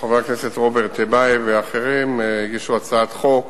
חבר הכנסת רוברט טיבייב ואחרים הגישו הצעת חוק,